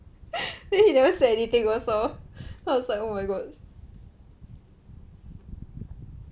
you know he never say anything also so I was like oh my god